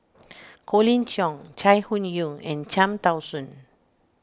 Colin Cheong Chai Hon Yoong and Cham Tao Soon